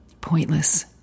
Pointless